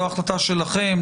זו החלטה שלכם.